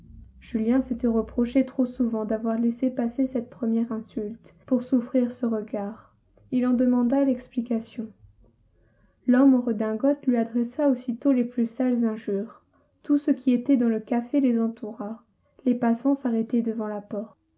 julien s'était reproché trop souvent d'avoir laissé passer cette première insulte pour souffrir ce regard il en demanda l'explication l'homme en redingote lui adressa aussitôt les plus sales injures tout ce qui était dans le café les entoura les passants s'arrêtaient devant la porte